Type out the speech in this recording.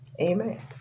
Amen